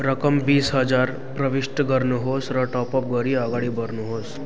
रकम बिस हजार प्रविष्ट गर्नुहोस् र टपअप गरी अगाडि बढ्नुहोस्